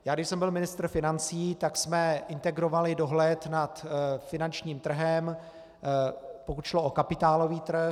Když jsem byl ministr financí, tak jsme integrovali dohled nad finančním trhem, pokud šlo o kapitálový trh.